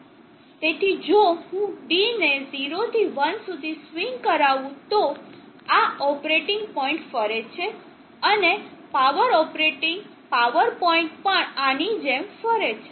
તેથી જો હું d ને 0 થી 1 સુધી સ્વીંગ કરાવું તો આ ઓપરેટિંગ પોઇન્ટ ફરે છે અને પાવર ઓપરેટિંગ પાવર પોઇન્ટ પણ આની જેમ ફરે છે